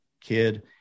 kid